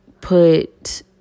put